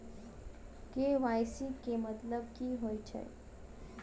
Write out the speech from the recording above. KYC केँ मतलब की होइ छै?